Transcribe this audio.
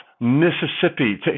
Mississippi